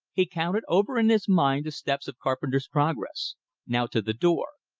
he counted over in his mind the steps of carpenter's progress now to the door,